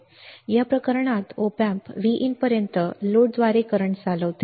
या प्रकरणात op amp Vin पर्यंत लोडद्वारे करंट चालवते